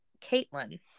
Caitlin